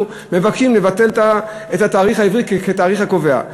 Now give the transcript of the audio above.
מבקשים לבטל את התאריך העברי כתאריך הקובע.